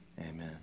amen